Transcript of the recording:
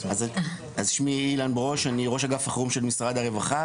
אני ראש אגף חירום של משרד הרווחה